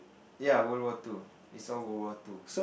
ya World War Two it's all World War Two